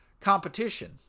competition